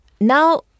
now